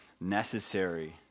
necessary